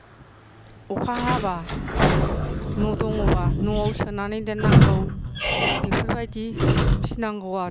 अखा हाबा न' दङबा न'आव सोनानै दोन्नांगौ बेफोरबादि फिसिनांगौ आरो